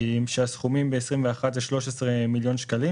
כשהסכומים ב-2021 הם 30 מיליון שקל.